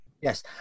Yes